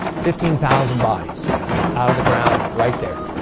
fifteen thousand bodies out of the ground, right there.